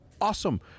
Awesome